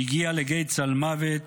היא הגיעה לגיא צלמוות,